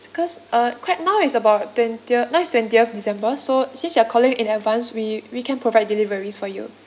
because uh quite now is about twentieth now is twentieth december so since you're calling in advance we we can provide deliveries for you